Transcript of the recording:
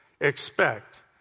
expect